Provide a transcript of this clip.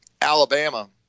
Alabama